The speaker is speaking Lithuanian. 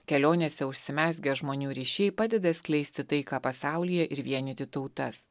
kelionėse užsimezgę žmonių ryšiai padeda skleisti taiką pasaulyje ir vienyti tautas